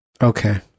Okay